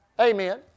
Amen